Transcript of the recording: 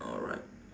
alright